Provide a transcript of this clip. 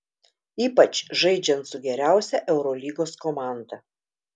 ypač žaidžiant su geriausia eurolygos komanda